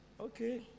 Okay